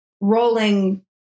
rolling